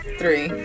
three